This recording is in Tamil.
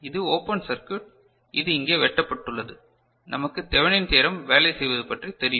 இது ஓபன் சர்க்யூட் இது இங்கே வெட்டப்பட்டுள்ளது நமக்கு தெவெனின் தியரம் வேலை செய்வது பற்றி தெரியும்